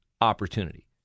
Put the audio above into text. opportunity